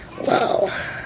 Wow